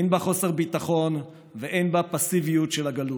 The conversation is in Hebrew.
אין בה חוסר ביטחון ואין בה פסיביות של הגלות,